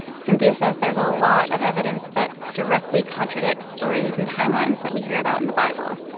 cynthia says there's a lot of evidence that directly contradicts stories and timelines that we hear about in the bible,